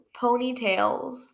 Ponytails